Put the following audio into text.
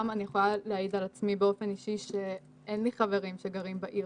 אני יכולה גם להעיד על עצמי באופן אישי שאין לי חברים שגרים בעיר